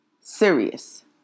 serious